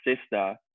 sister